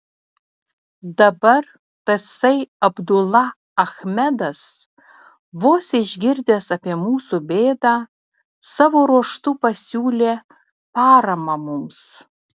dabar tasai abdula achmedas vos išgirdęs apie mūsų bėdą savo ruožtu pasiūlė paramą mums